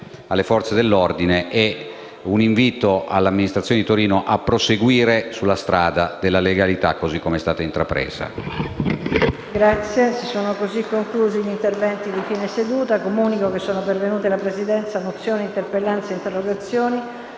alle Forze dell'ordine. Rivolgo poi un invito all'amministrazione di Torino a proseguire sulla strada della legalità, così come è stata intrapresa.